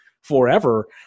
forever